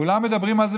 כולם מדברים על זה,